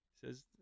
says